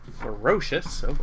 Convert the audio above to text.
Ferocious